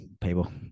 people